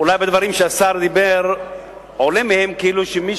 שמהדברים שהשר אמר עולה כאילו שמי